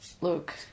Look